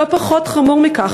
לא פחות חמור מכך,